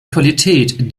qualität